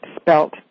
spelt